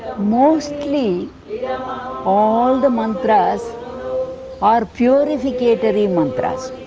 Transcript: mostly all the mantras are purificatory mantras.